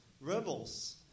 rebels